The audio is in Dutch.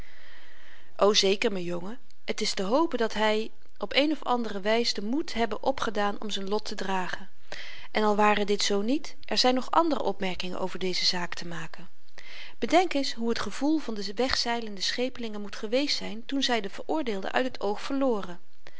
o zeker m'n jongen het is te hopen dat hy op een of andere wys den moed hebbe opgedaan om z'n lot te dragen en al ware dit zoo niet er zyn nog andere opmerkingen over deze zaak te maken bedenk eens hoe het gevoel van de wegzeilende schepelingen moet geweest zyn toen zy den veroordeelde uit het oog verloren